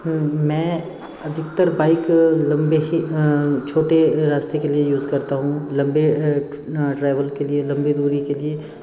मैं अधिकतर बाइक लंबे छोटे रास्ते के लिए यूज़ करता हूँ लंबे ट्रैवल के लिए लंबी दूरी के लिए